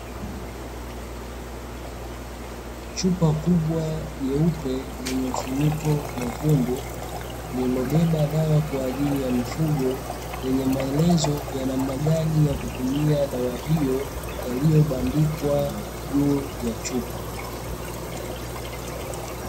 Chupa kubwa jeupe lenye mfuniko mwekundu, lililobeba dawa kwa ajili ya mifugo lenye maelezo ya namna gani ya kutumia dawa hiyo yaliyobandikwa juu ya chupa.